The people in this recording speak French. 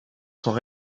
sont